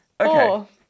Okay